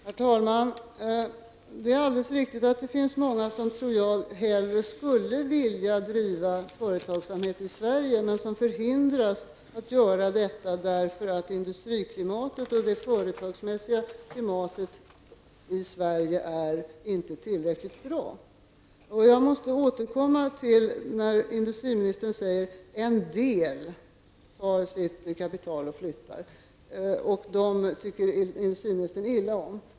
Herr talman! Det finns nog många som hellre skulle vilja driva företagsamhet i Sverige än utomlands, men som förhindras att göra detta, eftersom industriklimatet och det företagsmässiga klimatet i Sverige inte är tillräckligt bra. Industriministern säger att en del tar sitt kapital och flyttar. Dem tycker industriministern illa om.